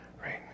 right